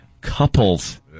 couples